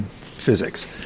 physics